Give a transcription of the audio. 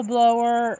Blower